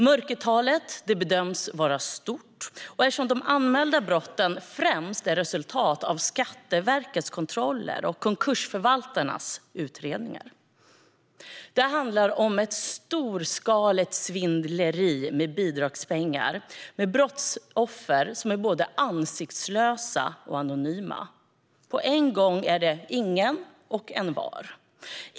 Mörkertalet bedöms vara stort eftersom de anmälda brotten främst är ett resultat av Skatteverkets kontroller och konkursförvaltarnas utredningar. Det handlar om ett storskaligt svindleri med bidragspengar med brottsoffer som är både ansiktslösa och anonyma. Det är på en gång ingen och envar.